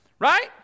Right